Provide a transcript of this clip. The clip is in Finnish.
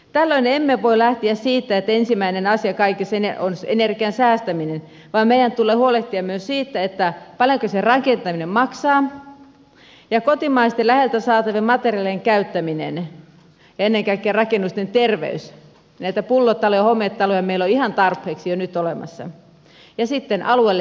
tällöin emme voi lähteä siitä että ensimmäinen asia kaikessa on energian säästäminen vaan meidän tulee huolehtia myös siitä paljonko se rakentaminen maksaa ja kotimaisten läheltä saatavien materiaalien käyttämisestä ja ennen kaikkea rakennusten terveydestä näitä pullotaloja ja hometaloja meillä on ihan tarpeeksi jo nyt olemassa ja sitten alueellisista olosuhteista